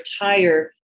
retire